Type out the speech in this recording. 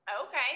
okay